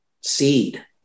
seed